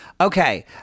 Okay